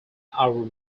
are